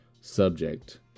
subject